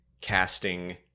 casting